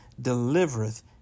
delivereth